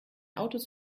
autos